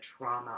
trauma